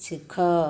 ଶିଖ